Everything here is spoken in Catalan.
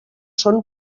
són